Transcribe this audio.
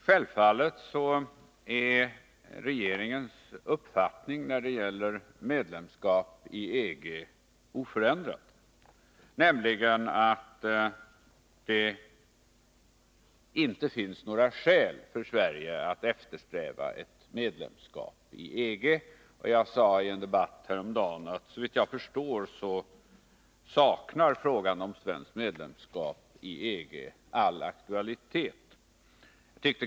Självfallet är regeringens uppfattning när det gäller medlemskap i EG oförändrad, nämligen att det inte finns några skäl för Sverige att eftersträva ett medlemskap i EG. Jag sade i en debatt häromdagen att såvitt jag förstår saknar frågan om svenskt medlemskap i EG all aktualitet.